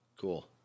Cool